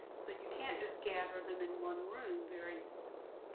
so you can't just gather them in one room very easily.